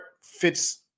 fits